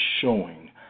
showing